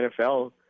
NFL